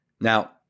Now